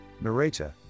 narrator